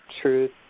truth